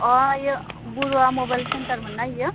अ इयो बरुवा mobile centre मोनना इयो